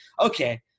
okay